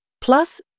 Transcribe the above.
Plus